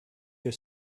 your